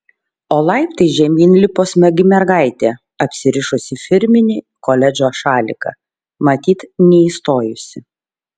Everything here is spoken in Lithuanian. o laiptais žemyn lipo smagi mergaitė apsirišusi firminį koledžo šaliką matyt neįstojusi